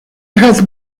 has